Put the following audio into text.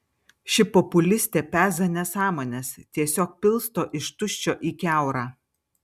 ši populistė peza nesąmones tiesiog pilsto iš tuščio į kiaurą